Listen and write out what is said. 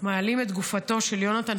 מעלים את גופתו של יונתן,